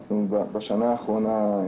בשנה האחרונה,